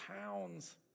pounds